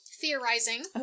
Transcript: theorizing